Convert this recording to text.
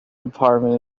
department